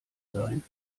sein